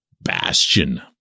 bastion